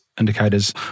Indicators